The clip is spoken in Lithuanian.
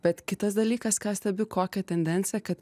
bet kitas dalykas ką stebiu kokią tendenciją kad